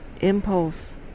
impulse